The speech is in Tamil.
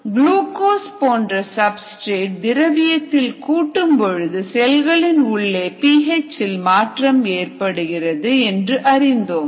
குளுகோஸ் போன்ற சப்ஸ்டிரேட் திரவியத்தில் கூட்டும் பொழுது செல்களின் உள்ளே பி ஹெச் இல் மாற்றம் ஏற்படுகிறது என்று அறிந்தோம்